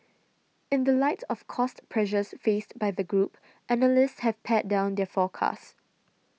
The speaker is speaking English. in the light of cost pressures faced by the group analysts have pared down their forecasts